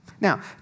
Now